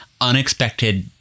unexpected